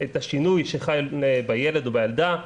את השינוי שחל בילד או בילדה,